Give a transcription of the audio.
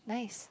nice